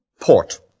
Port